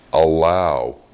allow